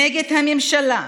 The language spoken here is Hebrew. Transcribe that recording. נגד הממשלה,